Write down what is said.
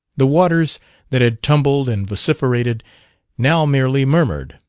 the waters that had tumbled and vociferated now merely murmured.